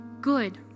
good